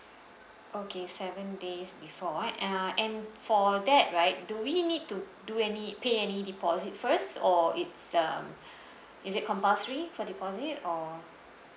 okay seven days before uh and for that right do we need to do any pay any deposit first or it's um is it compulsory for deposit or